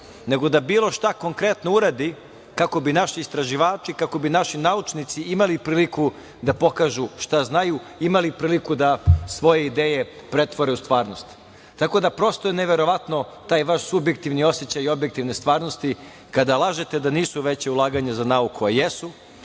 nego da bilo šta konkretno uradi kako bi naši istraživači, kako bi naši naučnici imali priliku da pokažu šta znaju, imali priliku da svoje ideje pretvore u stvarnost. Tako da, prosto je neverovatno, taj vaš subjektivni osećaj objektivne stvarnosti kada lažete da nisu veća ulaganja za nauku, a jesu,